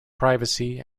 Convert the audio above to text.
privacy